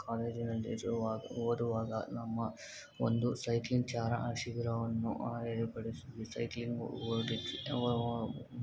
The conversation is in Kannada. ಕಾಲೇಜಿನಲ್ಲಿ ಜುರುವಾಗ ಓದುವಾಗ ನಮ್ಮ ಒಂದು ಸೈಕ್ಲಿಂಗ್ ಚಾರ ಆ ಶಿಬಿರವನ್ನು ಆಯೋಗಪಡಿಸಿ ಈ ಸೈಕ್ಲಿಂಗ್ ಹೋಗಿದ್